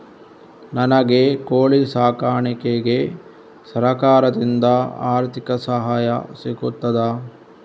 ನನಗೆ ಕೋಳಿ ಸಾಕಾಣಿಕೆಗೆ ಸರಕಾರದಿಂದ ಆರ್ಥಿಕ ಸಹಾಯ ಸಿಗುತ್ತದಾ?